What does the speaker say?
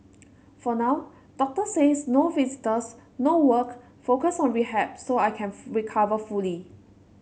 for now doctors says no visitors no work focus on rehab so I can recover fully